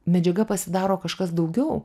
medžiaga pasidaro kažkas daugiau